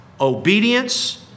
obedience